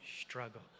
struggle